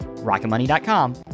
rocketmoney.com